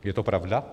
Je to pravda?